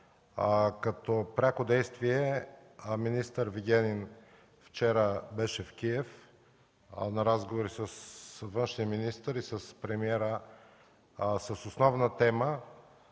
Като пряко действие – министър Вигенин вчера беше в Киев на разговори с външния министър и с премиера, с основна тема